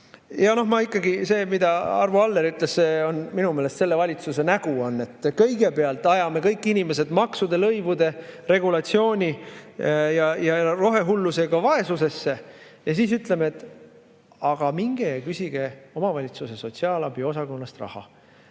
tapab. Ja ikkagi see, mida Arvo Aller ütles, on minu meelest selle valitsuse nägu – kõigepealt ajame kõik inimesed maksude, lõivude, regulatsiooni ja rohehullusega vaesusesse ja siis ütleme: "Minge ja küsige omavalitsuse sotsiaalabiosakonnast raha."